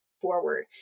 forward